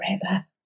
forever